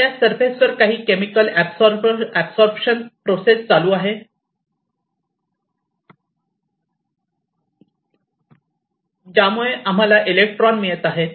तर या सरफेसवर काही केमिकल ऍबसॉरपशन प्रोसेस चालू आहे ज्यामुळे आम्हाला इलेक्ट्रॉन मिळत आहेत